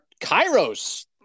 Kairos